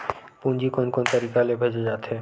पूंजी कोन कोन तरीका ले भेजे जाथे?